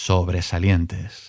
Sobresalientes